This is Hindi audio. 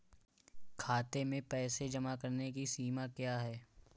खाते में पैसे जमा करने की सीमा क्या है?